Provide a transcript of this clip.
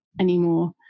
anymore